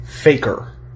Faker